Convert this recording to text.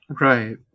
Right